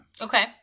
Okay